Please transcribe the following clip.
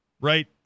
right